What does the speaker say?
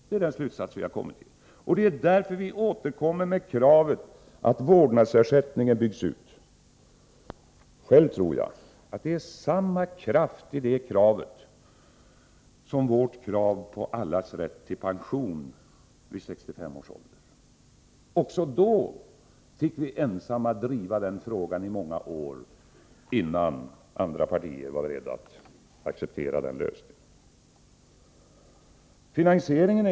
Det är därför som vi återkommer med kravet att vårdnadsersättningen skall byggas ut. Själv tror jag att det är samma kraft i det kravet som i vårt krav på allas rätt till pension vid 65 års ålder. Också då fick vi ensamma driva frågan i många år innan andra partier var beredda att acceptera den lösningen.